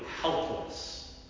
helpless